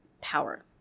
power